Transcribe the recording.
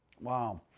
Wow